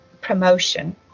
promotion